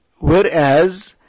whereas